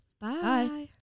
Bye